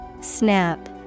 Snap